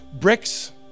bricks